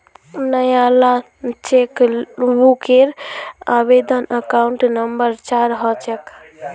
नयाला चेकबूकेर आवेदन counter number चार ह छेक